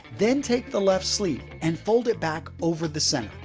then take the left sleeve and fold it back over the center.